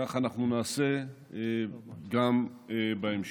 כך אנחנו נעשה גם בהמשך.